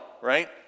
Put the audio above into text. right